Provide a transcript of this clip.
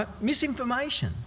Misinformation